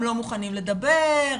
הם לא מוכנים לדבר,